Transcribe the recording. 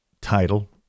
title